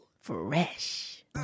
Fresh